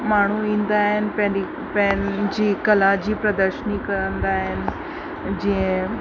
माण्हू ईंदा आहिनि पैॾी पंहिंजी पंहिंजी कला जी प्रदर्शनी करंदा आहिनि जीअं